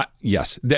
Yes